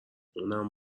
اونم